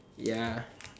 ya